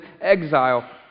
exile